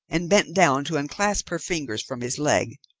and bent down to unclasp her fingers from his leg.